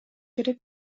керек